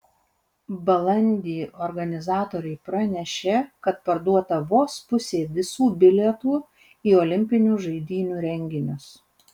balandį organizatoriai pranešė kad parduota vos pusė visų bilietų į olimpinių žaidynių renginius